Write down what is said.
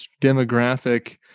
demographic